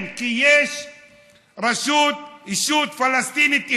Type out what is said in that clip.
כן, כי יש רשות, ישות פלסטינית אחת,